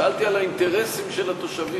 שאלתי על האינטרסים של התושבים,